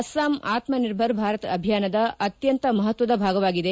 ಅಸ್ಸಾಂ ಆತ್ಮ ನಿರ್ಭರ್ ಭಾರತ ಅಭಿಯಾನದ ಅತ್ಯಂತ ಮಹತ್ತದ ಭಾಗವಾಗಿದೆ